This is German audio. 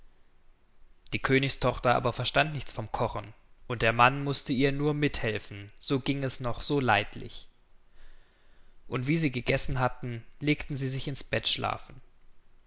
die königstochter aber verstand nichts vom kochen und der mann mußte ihr nur mit helfen so ging es noch so leidlich und wie sie gegessen hatten legten sie sich ins bett schlafen